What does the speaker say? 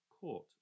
Court